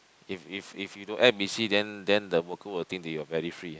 if if if you don't act busy then then the worker will think that you are very free